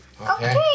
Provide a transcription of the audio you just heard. Okay